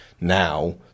now